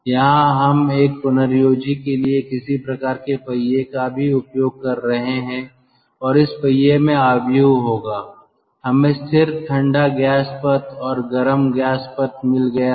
यहां हम एक पुनर्योजी के लिए किसी प्रकार के पहिये का भी उपयोग कर रहे हैं और इस पहिये में मैट्रिक्स होगा हमें स्थिर ठंडा गैस पथ और गर्म गैस पथ मिल गया है